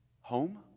home